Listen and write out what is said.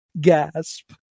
gasp